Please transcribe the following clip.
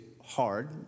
hard